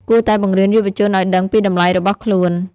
គួរតែបង្រៀនយុវជនឱ្យដឹងពីតម្លៃរបស់ខ្លួន។